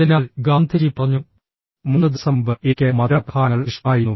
അതിനാൽ ഗാന്ധിജി പറഞ്ഞു 3 ദിവസം മുമ്പ് എനിക്ക് മധുരപലഹാരങ്ങൾ ഇഷ്ടമായിരുന്നു